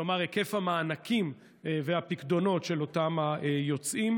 כלומר, היקף המענקים והפיקדונות של אותם היוצאים.